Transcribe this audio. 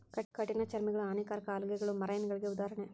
ಕಠಿಣ ಚರ್ಮಿಗಳು, ಹಾನಿಕಾರಕ ಆಲ್ಗೆಗಳು ಮರೈನಗಳಿಗೆ ಉದಾಹರಣೆ